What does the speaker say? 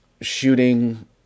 shooting